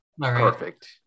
Perfect